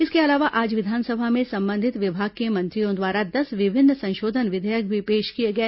इसके अलावा आज विधानसभा में संबंधित विभाग के मंत्रियों द्वारा दस विभिन्न संशोधन विधेयक भी पेश किए गए